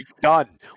done